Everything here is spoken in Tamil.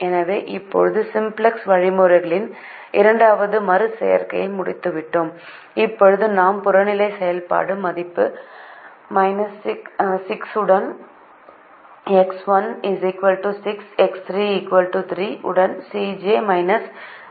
எனவே இப்போது சிம்ப்ளக்ஸ் வழிமுறையின் இரண்டாவது மறு செய்கையை முடித்துவிட்டோம் இப்போது நாம் புறநிலை செயல்பாடு மதிப்பு 60 உடன் X1 6 X3 3 உடன் Cj Zj 6 உடன் தீர்வை கணக்கிட்டோம்